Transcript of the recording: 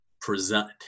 present